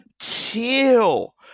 Chill